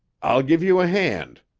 i'll give you a hand,